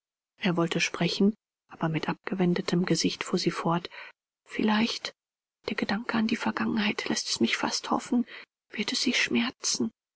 er wollte sprechen aber mit abgewendetem gesicht fuhr sie fort vielleicht der gedanke an die vergangenheit läßt es mich fast hoffen wird es sie schmerzen